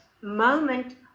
moment